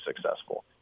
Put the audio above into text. successful